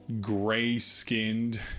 gray-skinned